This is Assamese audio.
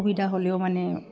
সুবিধা হ'লেও মানে